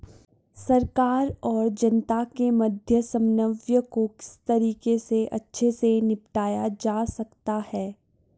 सरकार और जनता के मध्य समन्वय को किस तरीके से अच्छे से निपटाया जा सकता है?